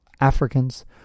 Africans